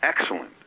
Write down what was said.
excellent